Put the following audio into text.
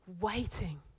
waiting